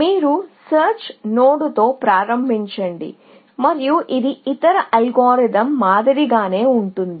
మీరు సెర్చ్ నోడ్తో ప్రారంభించండి మరియు ఇది ఇతర అల్గోరిథం మాదిరిగానే ఉంటుంది